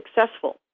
successful